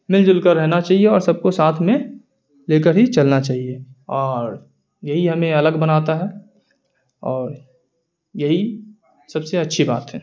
مل جل کر رہنا چاہیے اور سب کو ساتھ میں لے کر ہی چلنا چاہیے اور یہی ہمیں الگ بناتا ہے اور یہی سب سے اچھی بات ہے